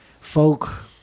folk